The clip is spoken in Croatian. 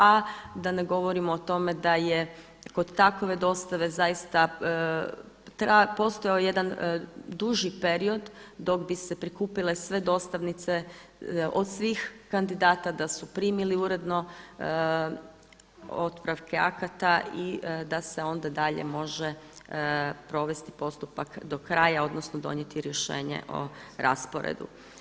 A da ne govorim o tome da je kod takve dostave zaista postojao jedan duži period dok bi se prikupile sve dostavnice od svih kandidata da su primili uredno otpravke akata i da se onda dalje može provesti postupak do kraja, odnosno donijeti rješenje o rasporedu.